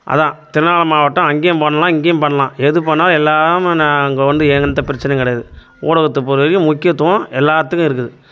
அதான் திருவண்ணாமலை மாவட்டம் அங்கேயும் பண்ணலாம் இங்கேயும் பண்ணலாம் எது பண்ணிணாலும் எல்லாம் நான் அங்கே வந்து எந்த பிரச்சினையும் கிடையாது ஊடகத்தை பொறுத்த வரைக்கும் முக்கியத்துவம் எல்லாத்துக்கும் இருக்குது